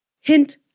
Hint